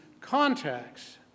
contacts